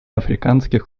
африканских